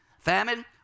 famine